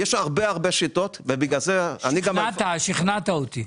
יש הרבה שיטות, ובגלל זה --- שכנעת אותי.